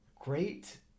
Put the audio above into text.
great